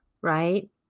right